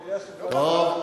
יש דברים, טוב.